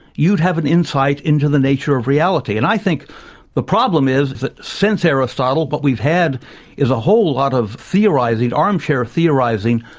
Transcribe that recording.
you'd have an insight into the nature of reality. and i think the problem is that, since aristotle, what but we've had is a whole lot of theorizing, armchair theorizing,